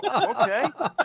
Okay